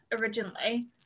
originally